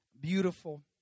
beautiful